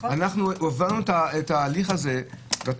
הובלנו את ההליך הזה,